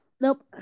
Nope